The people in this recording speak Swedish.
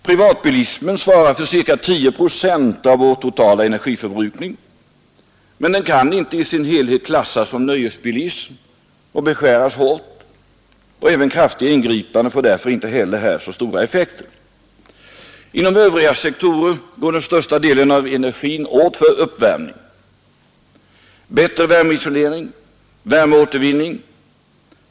Privatbilismen svarar för ca 10 procent av vår totala energiförbrukning, men den kan inte i sin helhet klassas som nöjesbilism och beskäras hårt. Även kraftiga ingripanden får därför inte heller här så stora effekter. Inom övriga sektorer går den största delen av energin åt för uppvärmning. Bättre värmeisolering, värmeåtervinning etc.